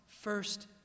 first